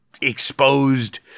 exposed